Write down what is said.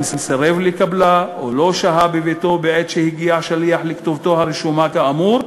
אם סירב לקבלה או לא שהה בביתו בעת שהגיע שליח לכתובתו הרשומה כאמור,